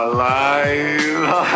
Alive